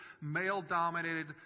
male-dominated